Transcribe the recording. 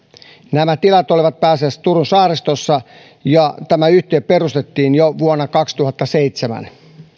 nämä tilat olivat pääasiassa turun saaristossa ja tämä yhtiö perustettiin jo vuonna kaksituhattaseitsemän jo